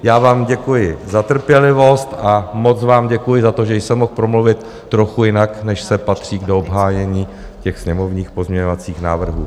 Já vám děkuji za trpělivost a moc vám děkuji za to, že jsem mohl promluvit trochu jinak, než patří do obhájení těch sněmovních pozměňovacích návrhů.